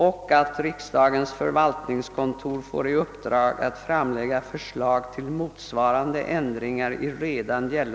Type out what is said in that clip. och att riksdagens förvaltningskontor får i uppdrag att framlägga förslag till motsvarande ändringar i redan gäl